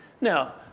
Now